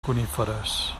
coníferes